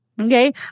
Okay